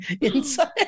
inside